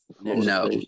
No